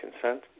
consent